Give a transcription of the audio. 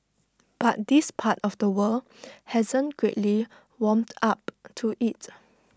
but this part of the world hasn't greatly warmed up to IT